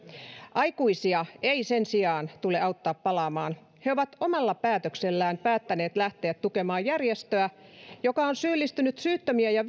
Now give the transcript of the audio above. aikuisia ei sen sijaan tule auttaa palaamaan he ovat omalla päätöksellään päättäneet lähteä tukemaan järjestöä joka on syyllistynyt syyttömien ja